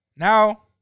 Now